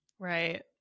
Right